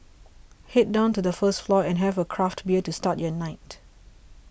head down to the first floor and have a craft bear to start your night